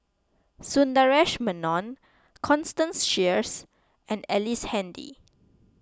Sundaresh Menon Constance Sheares and Ellice Handy